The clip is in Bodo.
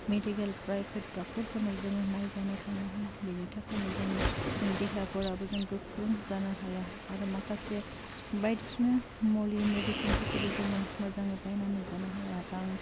मेडिकेल प्राइभेट डक्टरफोरनाव जोङो नायजानो थांनो हाया बिनि थाखायनो जोंनि देहाफोराबो जों गोख्रों जानो हाया आरो माखासे बायदिसिना मुलि मेडिसिनफोरखौबो जोङो मोजाङै बायनानै जानो हाया रां